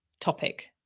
topic